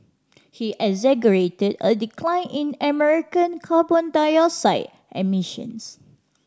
he exaggerated a decline in American carbon dioxide emissions